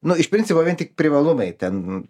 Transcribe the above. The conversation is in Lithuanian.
nu iš principo vien tik privalumai ten